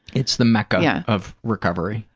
it's the mecca of recovery.